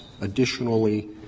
additionally